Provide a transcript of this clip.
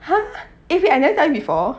!huh! eh wait I never tell you before